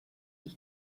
ich